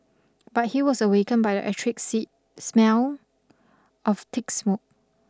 but he was awakened by the acrid sit smell of thick smoke